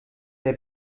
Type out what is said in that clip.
der